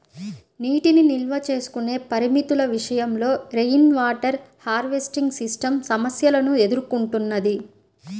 నీటిని నిల్వ చేసుకునే పరిమితుల విషయంలో రెయిన్వాటర్ హార్వెస్టింగ్ సిస్టమ్ సమస్యలను ఎదుర్కొంటున్నది